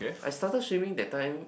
I started swimming that time